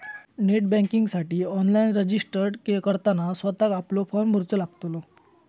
net बँकिंगसाठी online registered करताना स्वतःक आपलो फॉर्म भरूचो लागतलो